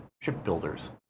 shipbuilders